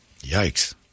Yikes